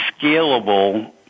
scalable